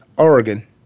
Oregon